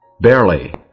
Barely